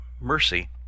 mercy